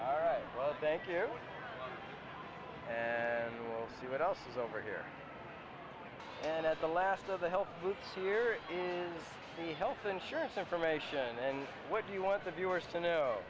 all right well thank you and we'll see what else is over here and at the last of the help with your health insurance information and what you want the viewers to know